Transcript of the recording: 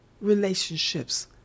relationships